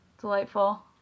Delightful